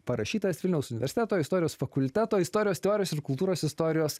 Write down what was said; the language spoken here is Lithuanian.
parašytas vilniaus universiteto istorijos fakulteto istorijos teorijos ir kultūros istorijos